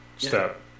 Step